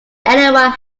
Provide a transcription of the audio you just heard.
anyone